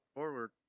forward